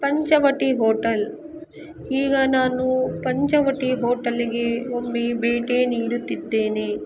Panchavati hotel ಈಗ ನಾನು ಪಂಚವಟಿ ಹೋಟಲ್ಗೆ ಒಮ್ಮೆ ಭೇಟಿ ನೀಡುತ್ತಿದ್ದೇನೆ